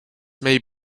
may